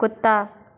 कुत्ता